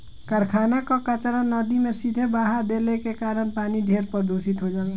कारखाना कअ कचरा नदी में सीधे बहा देले के कारण पानी ढेर प्रदूषित हो जाला